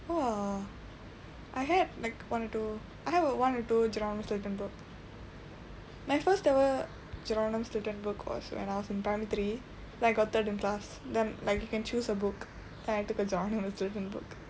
!wah! I had like one or two I had one or two geronimo stilton book my first there were my first geronimo stilton book when I was in primary three then I got third in class then like you can choose a book then I took a gernonimo stilton book